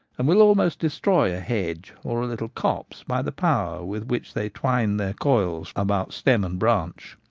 and will almost destroy a hedge or a little copse by the power with which they twine their coils about stem and branch.